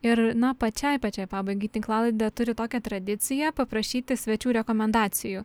ir na pačiai pačiai pabaigai tinklalaidė turi tokią tradiciją paprašyti svečių rekomendacijų